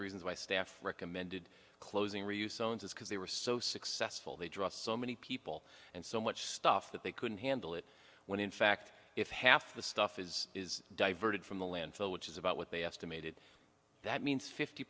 the reasons why staff recommended closing reduce owns is because they were so successful they draw so many people and so much stuff that they couldn't handle it when in fact if half the stuff is diverted from the landfill which is about what they estimated that means fifty